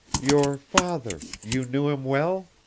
your father you knew him well?